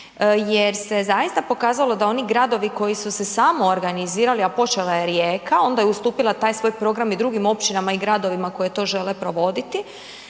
jer se zaista pokazalo da oni gradovi koji su se samoorganizirali a počela je Rijeka, onda je ustupila taj svoj program i drugim općinama i gradovima koje to žele provoditi,